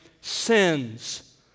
sins